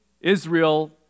Israel